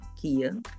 Kia